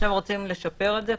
עכשיו רוצים לשפר את זה.